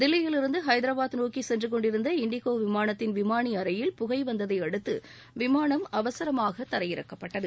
தில்லியிலிருந்து ஐதராபாத் நோக்கி சென்று கொண்டிருந்த இண்டிகோ விமானத்தின் விமானி அறையில் புகை வந்ததை அடுத்து விமானம் அவசரமாக தரையிறக்கப்பட்டது